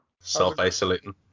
Self-isolating